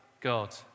God